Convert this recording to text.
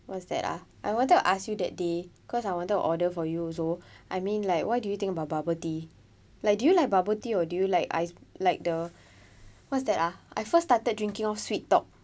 what's that ah I wanted to ask you that day cause I wanted to order for you also I mean like what do you think about bubble tea like do you like bubble tea or do you like ice like the what's that ah I first started drinking of sweet talk